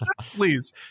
please